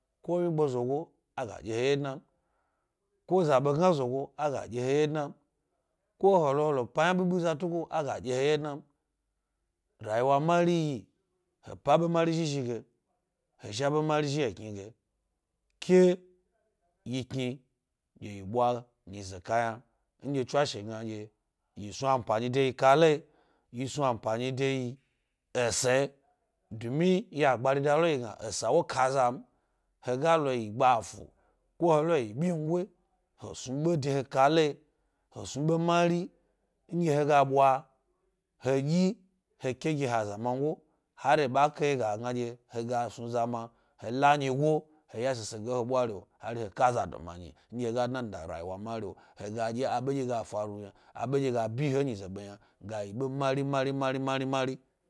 Ko wyigbo zogo, a ga ɗye he wwye dna m. ko zabegna zogo, a ga ɗye he wye dna m. ko he lo he pa yna bibi eza tugo, a gaɗye he wye dna m. rayiwa mar iyi hhe ka be mari zhi zhi ge, he zha ɓe mari zhi ethni ge, ke yi kni g iyi ɓwa myize kayna nɗye tswashe gna ɗye yi snu ampani de yi kalayi, yi snu ampani de yi esa, dumi ya gbari da lo yi gna ɗye esa wo kazam. He ga lo yi gbatu, ko bingola, he snu ɓe he kalayi, he snu ɓe maari nɗye he ga ɓwa he ɗyi he ke gi he gi he azamango. Hari e ɓa kai ga ɗye he ga snu zama, he la nyigo he ya shishe ge e he bwario hari nɗye he ga dna rayiwa mari’o he ga ɗye ɓe nɗye ga faru yna, aɓe nɗye ga vi he he nyize ɓe yna ga yi ɓe mari mari mari mari.